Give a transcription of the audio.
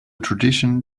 tradition